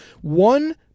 one